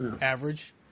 Average